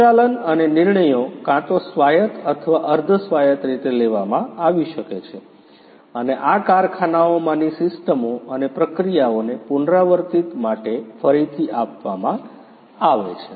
સંચાલન અને નિર્ણયો કાં તો સ્વાયત્ત અથવા અર્ધ સ્વાયત્ત રીતે લેવામાં આવી શકે છે અને આ કારખાનાઓમાંની સિસ્ટમો અને પ્રક્રિયાઓને પુનરાવર્તિત માટે ફરીથી આપવામાં છે